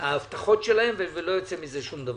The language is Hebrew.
ההבטחות שלהם ולא יוצא מזה דבר.